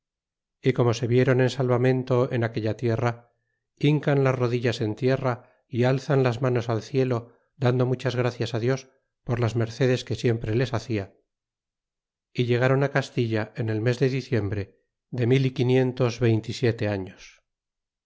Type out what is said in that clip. y como se viéron en salvamento en aquella tierra hincan las rodillas en tierra y alzan las manos al cielo dando muchas gracias dios por las mercedes que siempre les hacia y llegron castilla en el mes de diciembre de mil gáron y quinientos y veinte ysiete años